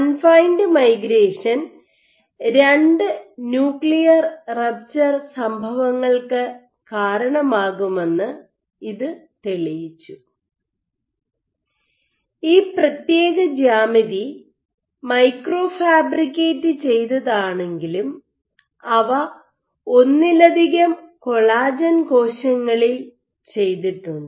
confined migration രണ്ട് nuclear rupture സംഭവങ്ങൾക്ക് കാരണമാകുമെന്ന് ഇത് തെളിയിച്ചു ഈ പ്രത്യേക ജ്യാമിതി മൈക്രോ ഫാബ്രിക്കേറ്റ് ചെയ്തതാണെങ്കിലും അവ ഒന്നിലധികം കൊളാജൻ കോശങ്ങളിൽ ചെയ്തിട്ടുണ്ട്